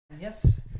Yes